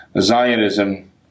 Zionism